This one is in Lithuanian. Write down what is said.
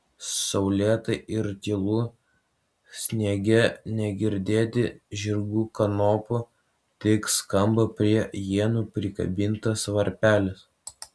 saulėta ir tylu sniege negirdėti žirgų kanopų tik skamba prie ienų prikabintas varpelis